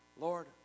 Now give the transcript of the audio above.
Lord